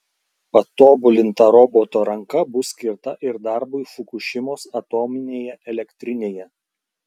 patobulinta roboto ranka bus skirta ir darbui fukušimos atominėje elektrinėje